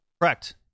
Correct